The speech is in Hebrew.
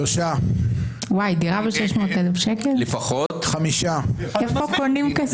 שלושה בעד, חמישה נגד, אין נמנעים.